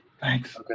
thanks